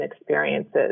experiences